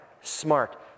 smart